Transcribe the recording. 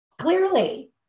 clearly